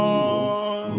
on